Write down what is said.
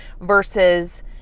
versus